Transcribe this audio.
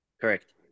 Correct